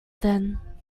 then